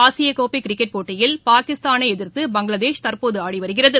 ஆசிய கோப்பை கிரிக்கெட் போட்டியில் பாகிஸ்தானை எதிர்த்து பங்களாதேஷ் தற்போது ஆடிவருகிறது